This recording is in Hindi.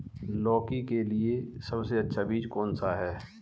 लौकी के लिए सबसे अच्छा बीज कौन सा है?